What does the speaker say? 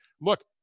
look